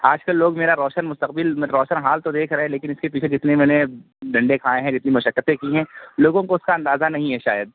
آج کل لوگ میرا روشن مستقبل میں روشن حال تو دیکھ رہے ہیں لیکن اِس کے پیچھے جتنے میں نے ڈنڈے کھائے ہیں کتنی مشقتیں کی ہیں لوگوں کو اُس کا اندازہ نہیں ہے شاید